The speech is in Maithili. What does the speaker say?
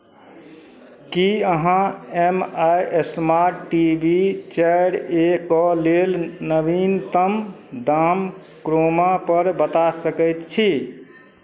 की अहाँ M I smart T V चारि ए के लेल नवीनतम दाम क्रोमापर बता सकैत छी